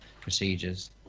procedures